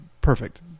perfect